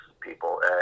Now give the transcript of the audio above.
people